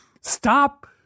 Stop